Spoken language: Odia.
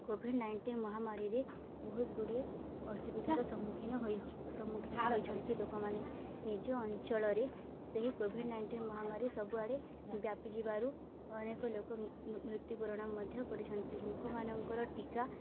କୋଭିଡ଼୍ ନାଇଣ୍ଟିନ୍ ମହାମାରୀରେ ବହୁତ ଗୁଡ଼ିଏ ଅସୁବିଧାର ସମ୍ମୁଖୀନ ହୋଇଛୁ ସମ୍ମୁଖୀନ ହୋଇଛନ୍ତି ଲୋକମାନେ ନିଜ ଅଞ୍ଚଳରେ ସେହି କୋଭିଡ଼୍ ନାଇଣ୍ଟିନ୍ ମହାମାରୀ ସବୁଆଡ଼େ ବ୍ୟାପି ଯିବାରୁ ଅନେକ ଲୋକ ମୃତ୍ୟୁ ବରଣ ମଧ୍ୟ କରିଛନ୍ତି ଲୋକମାନଙ୍କର ଟୀକା